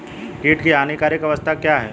कीट की हानिकारक अवस्था क्या है?